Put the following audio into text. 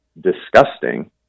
disgusting